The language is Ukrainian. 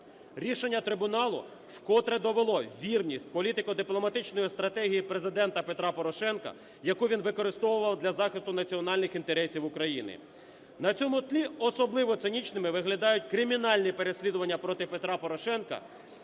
Рішення трибуналу вкотре довело вірність політико-дипломатичної стратегії Президента Петра Порошенка, яку він використовував для захисту національних інтересів України. На цьому тлі особливо цинічними виглядають кримінальні переслідування проти Петра Порошенка,